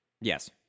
Yes